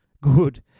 good